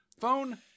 Phone